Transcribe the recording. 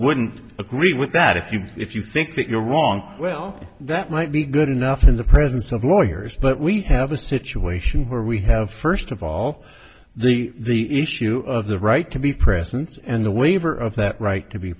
wouldn't agree with that if you if you think that you're wrong well that might be good enough in the presence of lawyers but we have a situation where we have first of all the issue of the right to be present and the waiver of that right to be